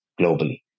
globally